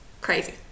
crazy